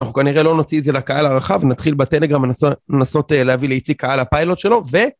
אנחנו כנראה לא נוציא את זהלקהל הרחב, נתחיל בטלגרם, לנסות להביא לאיציק קהל לפיילוט שלו ו...